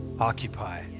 occupy